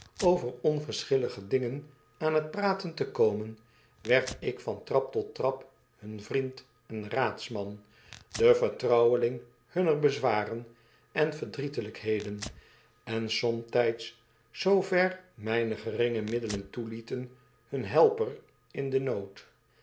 over onverschillige dingen aan het praten te komen werd ik van trap tot trap hun vriend en raadsman de vertrouweling hunner bezwaren en verdrietelykheden en somtijds zoo ver myne geringe middelen toelieten hun helper in den nood